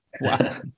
wow